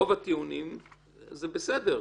רוב הטיעונים זה בסדר,